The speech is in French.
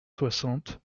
soixante